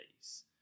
days